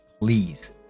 please